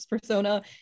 persona